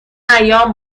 ایام